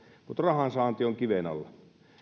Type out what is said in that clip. mutta rahan saanti on kiven alla